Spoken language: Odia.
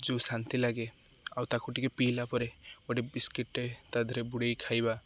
ଯୋଉ ଶାନ୍ତି ଲାଗେ ଆଉ ତାକୁ ଟିକେ ପିଇଲା ପରେ ଗୋଟେ ବିସ୍କିଟ୍ଟେ ତା ଦେହରେ ବୁଡ଼େଇ ଖାଇବା